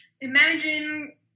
imagine